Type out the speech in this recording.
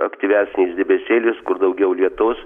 aktyvesnis debesėlis kur daugiau lietaus